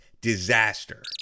disaster